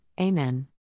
Amen